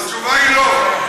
התשובה היא לא.